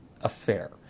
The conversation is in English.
affair